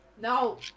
No